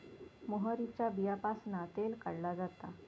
मोहरीच्या बीयांपासना तेल काढला जाता